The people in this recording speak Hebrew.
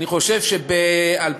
אני חושב שב-2010